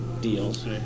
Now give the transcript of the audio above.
deals